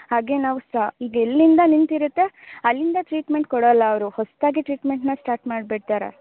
ಹಾಗೇ ನಾವು ಸಹ ಈಗ ಎಲ್ಲಿಂದ ನಿಂತಿರುತ್ತೆ ಅಲ್ಲಿಂದ ಟ್ರೀಟ್ಮೆಂಟ್ ಕೊಡೋಲ್ಲ ಅವರು ಹೊಸದಾಗಿ ಟ್ರೀಟ್ಮೆಂಟ್ನಾ ಸ್ಟಾರ್ಟ್ ಮಾಡಿಬಿಡ್ತಾರೆ